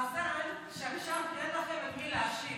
מזל שעכשיו אין לכם את מי להאשים,